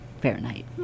Fahrenheit